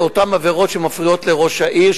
אותן עבירות שמפריעות לראש העיר,